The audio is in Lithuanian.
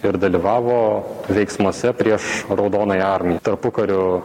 ir dalyvavo veiksmuose prieš raudonąją armiją tarpukariu